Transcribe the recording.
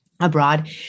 abroad